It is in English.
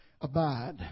abide